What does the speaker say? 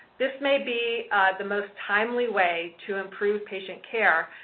this may be the most timely way to improve patient care,